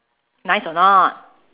nice or not